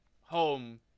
home